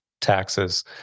taxes